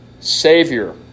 Savior